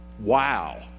Wow